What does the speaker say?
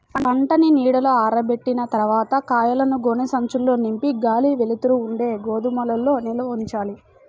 పంటని నీడలో ఆరబెట్టిన తర్వాత కాయలను గోనె సంచుల్లో నింపి గాలి, వెలుతురు ఉండే గోదాముల్లో నిల్వ ఉంచాలి